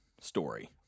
story